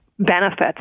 Benefits